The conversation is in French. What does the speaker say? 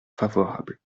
favorable